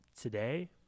today